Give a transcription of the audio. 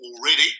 already